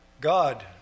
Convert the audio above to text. God